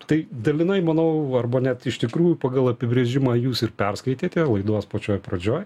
tai dalinai manau arba net iš tikrųjų pagal apibrėžimą jūs ir perskaitėte laidos pačioj pradžioj